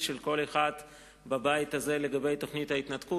של כל אחד בבית הזה לגבי תוכנית ההתנתקות,